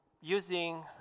using